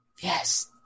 Yes